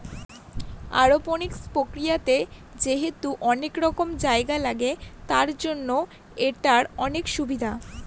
aeroponics প্রক্রিয়াতে যেহেতু অনেক কম জায়গা লাগে, তার জন্য এটার অনেক সুবিধা